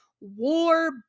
War